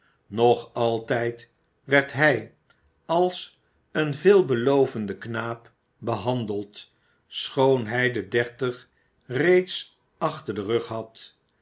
nog altijd werd hij als een veelbelovenden knaap behandeld schoon hij de dertig reeds achter den rug had